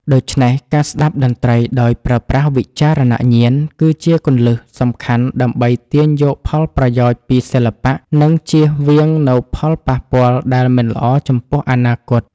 ដូច្នេះ ការស្ដាប់តន្ត្រីដោយប្រើប្រាស់វិចារណញ្ញាណ គឺជាគន្លឹះសំខាន់ដើម្បីទាញយកផលប្រយោជន៍ពីសិល្បៈ និងជៀសវាងនូវផលប៉ះពាល់ដែលមិនល្អចំពោះអនាគត។